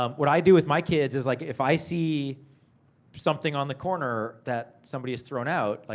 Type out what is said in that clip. um what i do with my kids is, like if i see something on the corner that somebody has thrown out, like